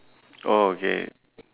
orh okay